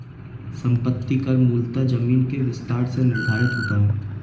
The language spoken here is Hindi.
संपत्ति कर मूलतः जमीन के विस्तार से निर्धारित होता है